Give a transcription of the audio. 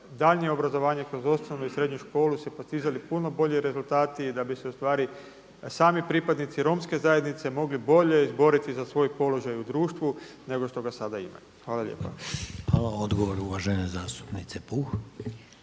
daljnje obrazovanje kroz osnovnu i srednju školu se postizali puno bolji rezultati i da bi se ustvari sami pripadnici romske zajednice mogli bolje izboriti za svoj položaj u društvu nego što ga sada imaju. Hvala lijepa. **Reiner, Željko (HDZ)**